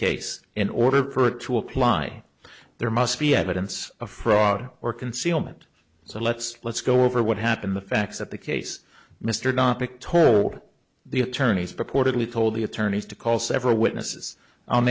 case in order for it to apply there must be evidence of fraud or concealment so let's let's go over what happened the facts of the case mr not victoria the attorneys purportedly told the attorneys to call several witnesses